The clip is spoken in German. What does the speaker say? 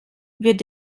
wird